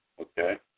okay